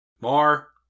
More